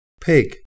Pig